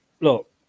look